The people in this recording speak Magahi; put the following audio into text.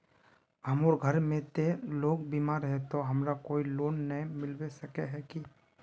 हमर घर में ते लोग बीमार है ते हमरा कोई लोन नय मिलबे सके है की?